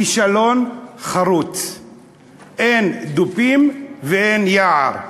כישלון חרוץ, אין דובים ואין יער,